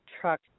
truck